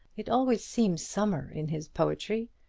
it always seems summer in his poetry.